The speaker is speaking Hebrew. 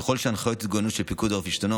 ככל שהנחיות ההתגוננות של פיקוד העורף ישתנו,